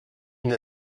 une